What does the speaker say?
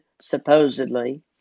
supposedly